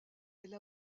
elle